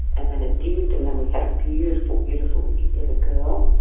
and then it did and then we had a beautiful, beautiful little girl.